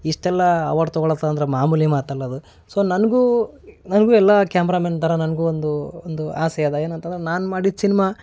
ಇಷ್ಟೆಲ್ಲ ಅವಾರ್ಡ್ ತೊಗೊಳತ್ತಂದ್ರೆ ಮಾಮೂಲಿ ಮಾತಲ್ಲ ಅದು ಸೊ ನನಗೂ ನನ್ಗೂ ಎಲ್ಲ ಕ್ಯಾಮ್ರಮನ್ ಥರ ನನಗೂ ಒಂದು ಒಂದು ಆಸೆ ಇದೆ ಏನಂತಂದ್ರೆ ನಾನು ಮಾಡಿದ ಸಿನ್ಮ